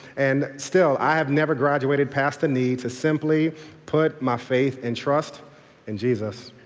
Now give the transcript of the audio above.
and still i have never graduated past the need to simply put my faith and trust in jesus.